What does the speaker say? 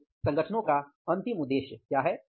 तो संगठनों का अंतिम उद्देश्य क्या है